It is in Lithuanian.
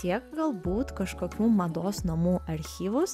tiek galbūt kažkokių mados namų archyvus